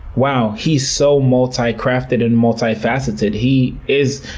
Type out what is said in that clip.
wow, he's so multi-crafted and multifaceted. he is,